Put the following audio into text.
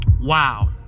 wow